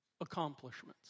accomplishments